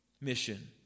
mission